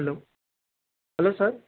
hello hello sir